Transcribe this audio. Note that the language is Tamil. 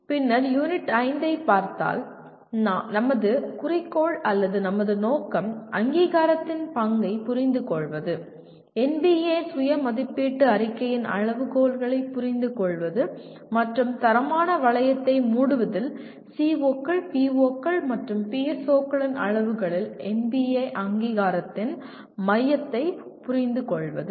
பின்னர் யூனிட் 5 ஐ பார்த்தால் நமது குறிக்கோள் அல்லது நமது நோக்கம் அங்கீகாரத்தின் பங்கைப் புரிந்துகொள்வது NBA சுய மதிப்பீட்டு அறிக்கையின் அளவுகோல்களைப் புரிந்துகொள்வது மற்றும் தரமான வளையத்தை மூடுவதில் CO கள் PO கள் மற்றும் PSO களின் அளவுகளில் NBA அங்கீகாரத்தின் மையத்தை புரிந்துகொள்வது